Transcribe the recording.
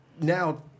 now